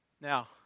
Now